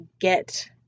get